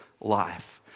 life